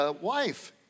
wife